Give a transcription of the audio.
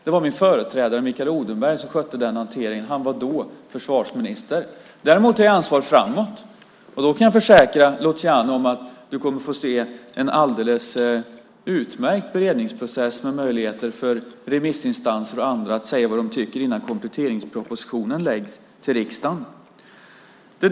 Det var min företrädare Mikael Odenberg som skötte den hanteringen, han var då försvarsminister. Däremot är jag ansvarig framåt, och då kan jag försäkra Luciano om att han kommer att få se en alldeles utmärkt beredningsprocess med möjligheter för remissinstanser och andra att säga vad de tycker innan kompletteringspropositionen läggs fram i riksdagen.